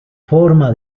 forma